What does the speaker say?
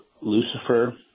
Lucifer